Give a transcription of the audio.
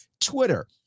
Twitter